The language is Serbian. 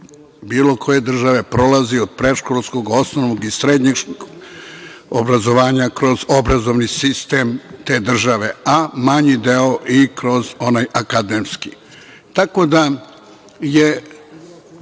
bilo koje države, prolazi od predškolskog, osnovnog i srednjeg obrazovanja kroz obrazovni sistem te države, a manji deo i kroz onaj akademski. Razmatranje